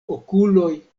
okuloj